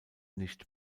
nicht